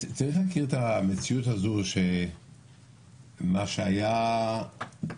צריך להכיר במציאות הזאת שמי שהיה הנשיא,